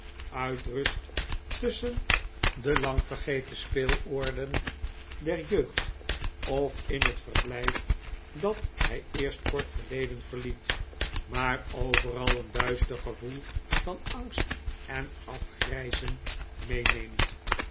uitrust tusschen de lang vergeten speeloorden der jeugd of in het verblijf dat hij eerst kort geleden verliet maar pveral een duister gevoel van angst en afgrijzen meerieemt